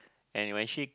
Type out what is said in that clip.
and you actually